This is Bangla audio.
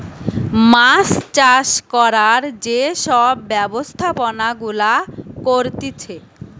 মাছ চাষ করার যে সব ব্যবস্থাপনা গুলা করতিছে